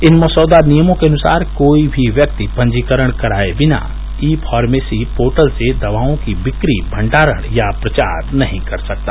इन मसौदा नियमों के अनुसार कोई भी व्यक्ति पंजीकरण कराए बिना ई फार्मेसी पोर्टल से दवाओं की बिक्री भंडारण या प्रचार नहीं कर सकता